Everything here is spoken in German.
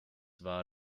war